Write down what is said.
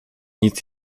nic